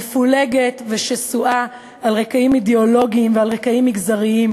מפולגת ושסועה על רקע אידיאולוגי ועל רקע מגזרי.